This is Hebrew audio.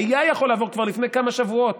היה יכול לעבור כבר לפני כמה שבועות.